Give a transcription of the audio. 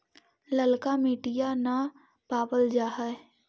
ललका मिटीया न पाबल जा है?